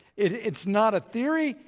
it's not a theory.